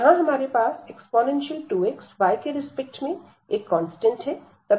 यहां हमारे पास e2x y के रिस्पेक्ट में एक कांस्टेंट है